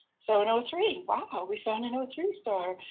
so an o three, wow, we found and o three star,